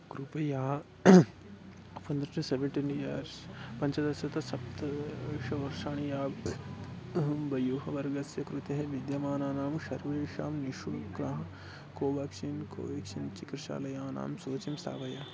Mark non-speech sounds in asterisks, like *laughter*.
कृपया *unintelligible* seventeen years पञ्चदशतः सप्तदशवर्षाणि यावत् वयो वर्गस्य कृतेः विद्यमानानां सर्वेषां निःशुल्कं कोवाक्षिन् कोवेक्षिन् चिकित्सालयानां सूचीं स्थापय